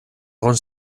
egon